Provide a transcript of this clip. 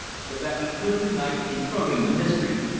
so that we could unite in probing the mystery,